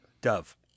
dove